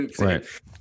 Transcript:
Right